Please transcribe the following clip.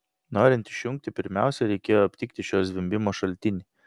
norint išjungti pirmiausia reikėjo aptikti šio zvimbimo šaltinį